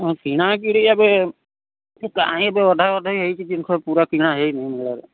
କିଣାକିଣି ଏବେ କାହିଁ ଏବେ ଅଧାଅଧି ହେଇଛି ଜିନିଷ ପୁରା କିଣା ହେଇନି ମେଳାରେ